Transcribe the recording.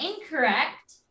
incorrect